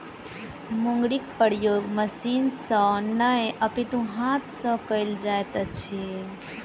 मुंगरीक प्रयोग मशीन सॅ नै अपितु हाथ सॅ कयल जाइत अछि